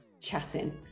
chatting